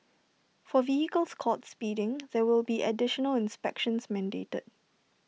for vehicles caught speeding there will be additional inspections mandated